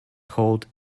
called